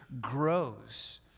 grows